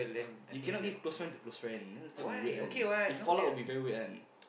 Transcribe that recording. you cannot give close friend to close friend then later will weird one if fall out will be very weird one